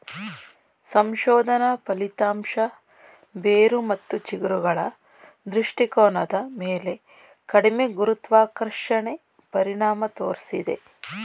ಸಂಶೋಧನಾ ಫಲಿತಾಂಶ ಬೇರು ಮತ್ತು ಚಿಗುರುಗಳ ದೃಷ್ಟಿಕೋನದ ಮೇಲೆ ಕಡಿಮೆ ಗುರುತ್ವಾಕರ್ಷಣೆ ಪರಿಣಾಮ ತೋರ್ಸಿದೆ